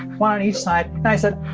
one on each side. and i said,